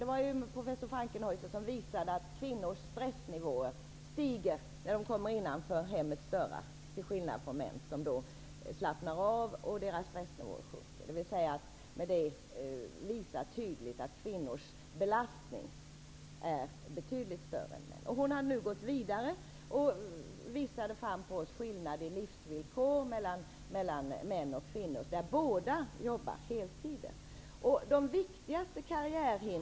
Det var ju professor Frankenhaeuser som visade att kvinnors stressnivå stiger när de kommer innanför hemmets dörrar, till skillnad från män som då slappnar av varpå deras stressnivå sjunker. Det visar tydligt att kvinnors belastning är betydligt större än mäns. Marianne Frankenhaeuser hade nu forskat vidare. Hon visade skillnaden i livsvillkor för män och kvinnor, där båda jobbar heltid.